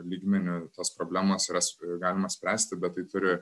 lygmeniu tas problemas yrajas galima spręsti bet tai turi